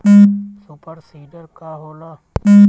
Super seeder का होला?